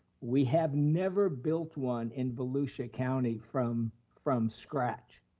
we have never built one in volusia county from from scratch,